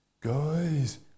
guys